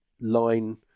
line